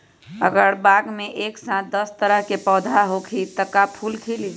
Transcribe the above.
अगर बाग मे एक साथ दस तरह के पौधा होखि त का फुल खिली?